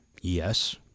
Yes